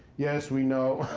yes, we know.